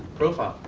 profile.